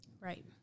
Right